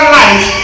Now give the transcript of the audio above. life